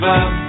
up